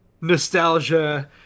nostalgia